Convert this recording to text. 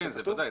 ודאי.